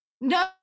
No